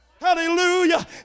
Hallelujah